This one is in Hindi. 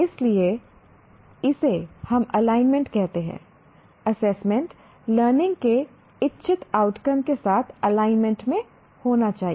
इसलिए इसे हम एलाइनमेंट कहते हैं एसेसमेंट लर्निंग के इच्छित आउटकम के साथ एलाइनमेंट में होना चाहिए